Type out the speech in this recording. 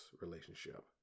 relationship